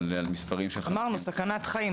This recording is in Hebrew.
אבל המספרים --- אמרנו: סכנת חיים.